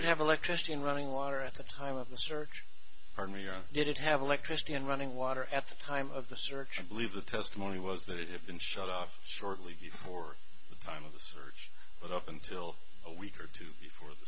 might have electricity and running water at the time of the search for me or did it have electricity and running water at the time of the search i believe the testimony was that it had been shut off shortly before the time of the search but up until a week or two before th